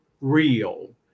real